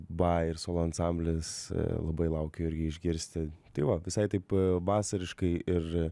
ba ir solo ansamblis labai laukiu ir išgirsti tai va visai taip vasariškai ir